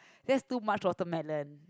that too much watermelon